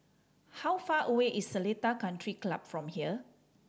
how far away is Seletar Country Club from here